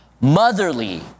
motherly